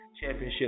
Championship